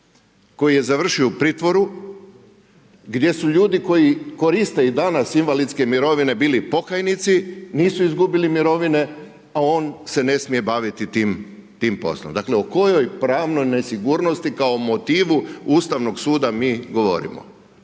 koji je završio u pritvoru, gdje su ljudi koji koriste i danas invalidske mirovine bili pokajnici, nisu izgubili mirovine, a on se ne smije baviti tim poslom. Dakle, o kojoj pravnoj nesigurnosti, kao motivu Ustavnog suda mi govorimo.